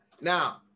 now